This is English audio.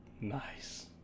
Nice